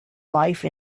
life